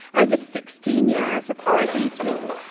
over sixteen years of oregon's law,